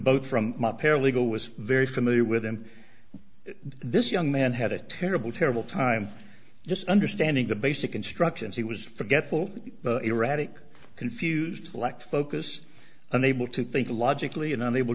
both from my paralegal was very familiar with and this young man had a terrible terrible time just understanding the basic instructions he was forgetful erratic confused like focus unable to think logically and